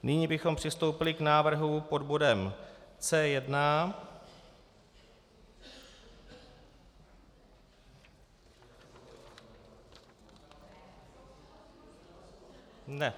Nyní bychom přistoupili k návrhu pod bodem C1. Ne.